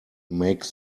make